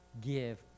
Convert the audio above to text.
give